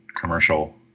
commercial